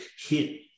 hit